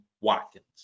Watkins